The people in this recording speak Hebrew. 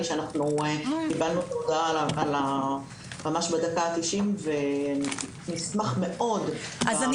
שאנחנו קיבלנו הודעה ממש בדקה התשעים ואני אשמח מאוד --- אז אני